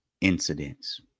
incidents